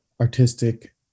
artistic